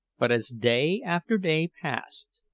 but as day after day passed,